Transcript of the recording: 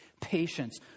Patience